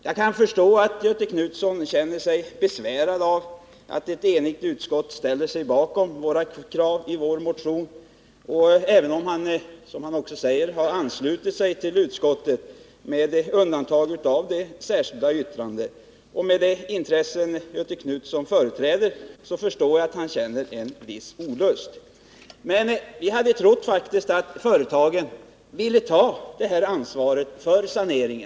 Jag kan förstå att Göthe Knutson känner sig besvärad av att ett enigt utskott ställt sig bakom kraven i vår motion även om han, som han säger, har anslutit sig till utskottets synpunkter med undantag för vad som framförs i det särskilda yttrandet. Med de intressen som Göthe Knutson företräder förstår jag att han känner en viss olust. Men vi hade faktiskt trott att företagen skulle vilja ta detta ansvar för en sanering.